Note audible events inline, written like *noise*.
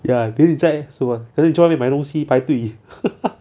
ya 跟你在什么可能你在外面买东西排队 *laughs*